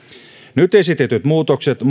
nyt esitetyt muutokset